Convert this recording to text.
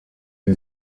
iri